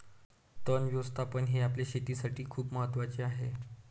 तण व्यवस्थापन हे आपल्या शेतीसाठी खूप महत्वाचे आहे